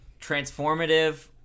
transformative